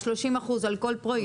30% על כל פרויקט,